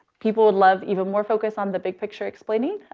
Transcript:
people would love even more focused on the big picture explaining,